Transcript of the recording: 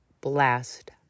blast